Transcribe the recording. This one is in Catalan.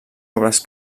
obres